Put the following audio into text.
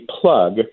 plug